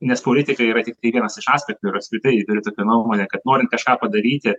nes politika yra tiktai vienas iš aspektų ir apskritai yra tokia nuomonė kad norint kažką padaryti